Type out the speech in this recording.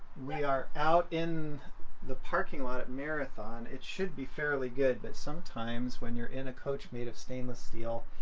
we are out in the parking lot at marathon. it should be fairly good but sometimes when you're in a coach made of stainless steel,